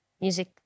music